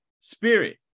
spirit